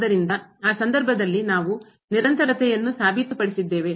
ಆದ್ದರಿಂದ ಆ ಸಂದರ್ಭದಲ್ಲಿ ನಾವು ನಿರಂತರತೆಯನ್ನು ಸಾಬೀತುಪಡಿಸಿದ್ದೇವೆ